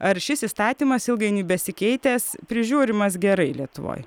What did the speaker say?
ar šis įstatymas ilgainiui besikeitęs prižiūrimas gerai lietuvoj